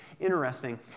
Interesting